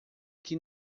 que